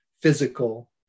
physical